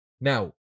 Now